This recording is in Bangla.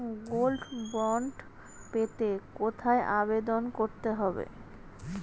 গোল্ড বন্ড পেতে কোথায় আবেদন করতে হবে?